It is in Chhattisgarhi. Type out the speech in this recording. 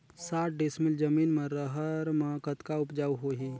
साठ डिसमिल जमीन म रहर म कतका उपजाऊ होही?